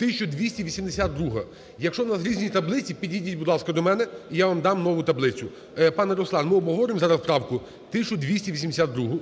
1282-а. Якщо у нас різні таблиці, підійдіть, будь ласка, до мене, і я вам дам нову таблицю. Пане Руслане, ми обговорюємо зараз правку 1282-у.